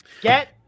Get